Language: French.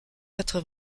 quatre